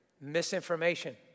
misinformation